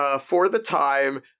for-the-time